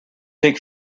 take